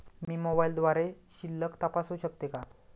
मी मोबाइलद्वारे शिल्लक तपासू शकते का?